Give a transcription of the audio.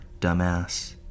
dumbass